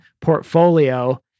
portfolio